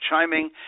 chiming